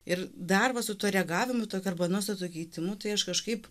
ir darbo su tuo reagavimu tokiu arba nuostatų keitimu tai aš kažkaip